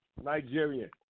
Nigerian